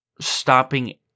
stopping